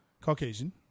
Caucasian